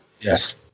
Yes